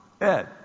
Ed